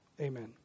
amen